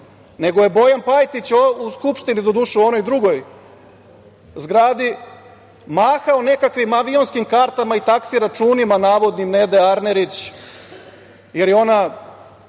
nego je Bojan Pajtić u Skupštini, doduše u onoj drugoj zgradi, mahao nekakvim avionskim kartama i taksi računima navodnim Nede Arnerić, jer je ona